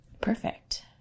Perfect